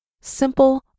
simple